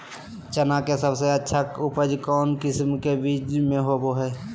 चना के सबसे अच्छा उपज कौन किस्म के बीच में होबो हय?